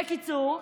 בקיצור,